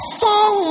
song